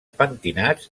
pentinats